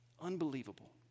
Unbelievable